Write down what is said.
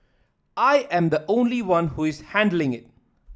I am the only one who is handling it